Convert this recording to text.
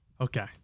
Okay